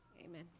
amen